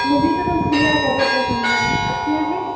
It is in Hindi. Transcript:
मुझे तो रसगुल्ला ज़्यादा पसंद है आपके यहाँ है